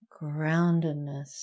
groundedness